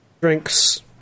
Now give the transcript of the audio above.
drinks